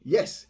Yes